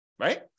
right